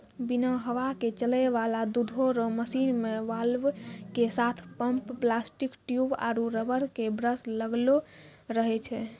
बिना हवा के चलै वाला दुधो रो मशीन मे वाल्व के साथ पम्प प्लास्टिक ट्यूब आरु रबर के ब्रस लगलो रहै छै